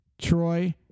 Troy